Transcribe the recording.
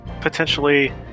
potentially